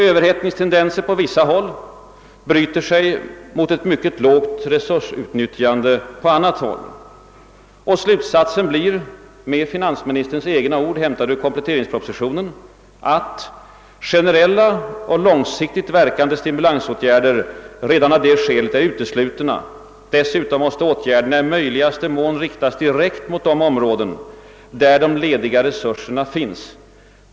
Överhettningstendenser på vissa håll bryter sig mot ett mycket lågt resursutnyttjande på annat håll, och slutsaten blir med finansministerns egna ord — hämtade ur kompletteringspropositionen, att »generella och långsiktigt verkande stimulansåtgärder redan av det skälet är uteslutna. Dessutom måste åtgärderna i möjligaste mån riktas direkt mot de områden där de lediga resurserna finns.